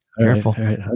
Careful